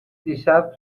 دیشب